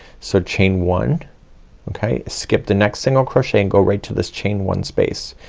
so chain one okay, skip the next single crochet and go right to this chain one space.